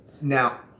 Now